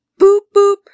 boop-boop